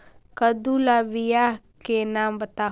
कददु ला बियाह के नाम बताहु?